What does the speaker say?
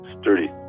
sturdy